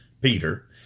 Peter